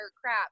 crap